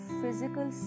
physical